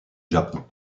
japon